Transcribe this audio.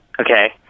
okay